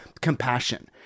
compassion